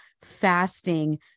fasting